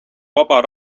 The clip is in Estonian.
vaba